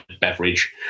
beverage